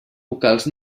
vocals